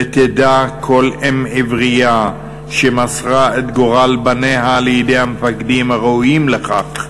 ו"תדע כל אם עברייה שמסרה את גורל בניה לידי המפקדים הראויים לכך",